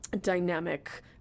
dynamic